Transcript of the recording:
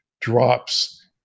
drops